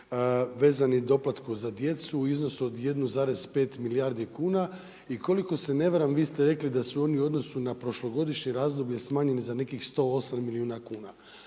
vezani doplatu za djecu u iznosu od 1,5 milijardi kuna i koliko se ne varam vi ste rekli da su oni u odnosu na prošlogodišnje razdoblje smanjenih za nekih 108 milijuna kuna.